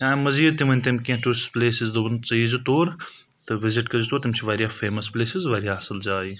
اَمہِ مٔزیٖد تِہ ؤنۍ تَمہِ کینٛہہ ٹوٗرِسٹ پٕلَیسٕز دوٚپُن ژٕ ییٖزِ تور تہٕ وِزِٹ کٔرۍ زِ تور تم چھِ واریاہ فیمَس پٕلَیسٕز واریاہ اَصٕل جاے